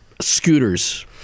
scooters